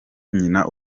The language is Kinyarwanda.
nyina